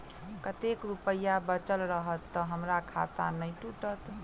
कतेक रुपया बचल रहत तऽ हम्मर खाता नै टूटत?